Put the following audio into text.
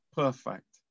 perfect